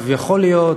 עכשיו, יכול להיות,